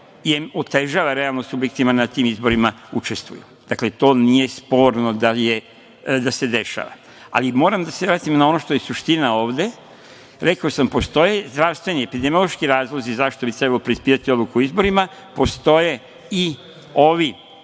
em otežava realno subjektima na tim izborima, učestvuju. Dakle, to nije sporno da se dešava. Ali, moram da se vratim na ono što je suština ovde. Rekao sam, postoje zdravstveni. Epidemiološki razlozi zašto bi trebalo preispitati odluku o izborima. Postoje i ovi